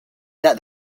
that